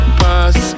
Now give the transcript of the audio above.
pass